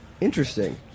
Interesting